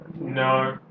No